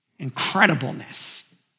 incredibleness